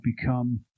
become